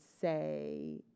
say